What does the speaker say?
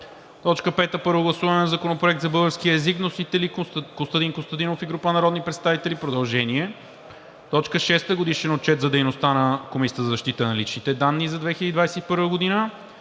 г. 5. Първо гласуване на Законопроекта за българския език. Вносители са Костадин Костадинов и група народни представители – продължение. 6. Годишен отчет за дейността на Комисията за защита на личните данни за 2021 г.